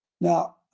Now